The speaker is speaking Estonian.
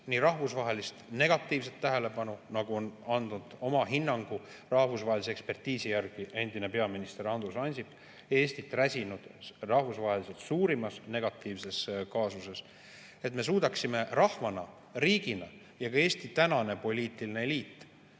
rahvusvahelist negatiivset tähelepanu [saanuna] – nagu on andnud oma hinnangu rahvusvahelise ekspertiisi järgi endine peaminister Andrus Ansip –, et Eestit räsinud rahvusvaheliselt suurimast negatiivsest kaasusest me suudaksime rahvana, riigina ja et ka Eesti tänane poliitiline eliit